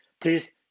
please